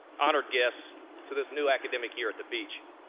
honored guests to this new academic year at the beach.